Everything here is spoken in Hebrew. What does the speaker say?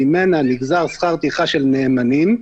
שממנה נגזר שכר הטרחה של נאמנים,